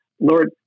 Lord